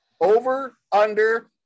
over-under